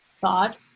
thought